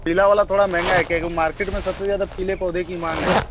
पीला वाला थोड़ा महँगा क्या कि वह मार्केट में सबसे ज़्यादा पीले पौधे की माँग है